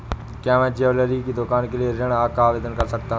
क्या मैं ज्वैलरी की दुकान के लिए ऋण का आवेदन कर सकता हूँ?